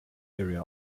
area